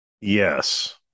Yes